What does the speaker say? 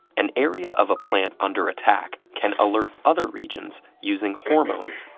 an area of a plant under attack can alert other regions using hormones,